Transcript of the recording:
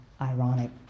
ironic